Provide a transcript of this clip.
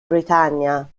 britannia